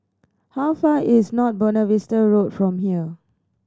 how far is North Buona Vista Road from here